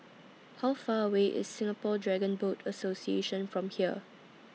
How Far away IS Singapore Dragon Boat Association from here